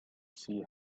see